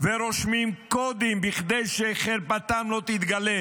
ורושמים קודים כדי שחרפתם לא תתגלה,